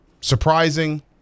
surprising